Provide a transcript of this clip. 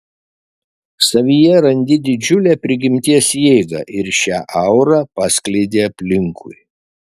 savyje randi didžiulę prigimties jėgą ir šią aurą paskleidi aplinkui